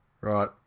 Right